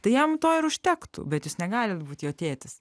tai jam to ir užtektų bet jūs negalit būt jo tėtis